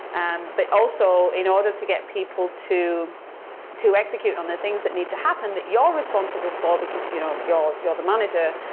and but also, in order to get people to to execute on the things that need to happen that you're responsible for because you know you're you're the manager,